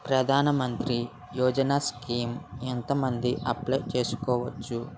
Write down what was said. ప్రధాన మంత్రి యోజన స్కీమ్స్ ఎంత మంది అప్లయ్ చేసుకోవచ్చు?